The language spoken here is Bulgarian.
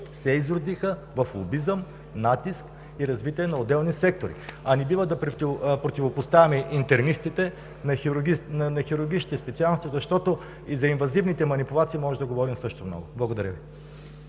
се изродиха в лобизъм, натиск и развитие на отделни сектори, а не бива да противопоставяме интернистите на хирургичните специалности, защото и за инвазивните манипулации можем също да говорим много. Благодаря Ви.